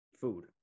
Food